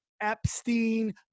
Epstein